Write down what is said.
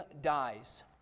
dies